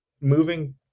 moving